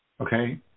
Okay